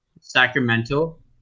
Sacramento